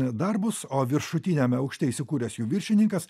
darbus o viršutiniame aukšte įsikūręs jų viršininkas